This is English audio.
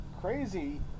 crazy